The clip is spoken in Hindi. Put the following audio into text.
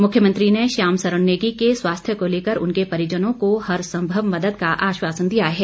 मुख्यमंत्री ने श्याम सरन नेगी के स्वास्थ्य को लेकर उनके परिजनों को हर संभव मदद का आश्वासन दिया है